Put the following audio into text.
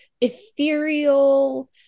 ethereal